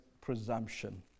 presumption